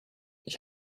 ich